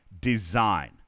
Design